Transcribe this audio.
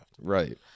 right